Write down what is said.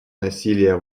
насилия